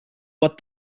what